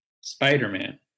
Spider-Man